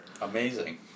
Amazing